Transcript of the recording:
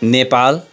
Nepal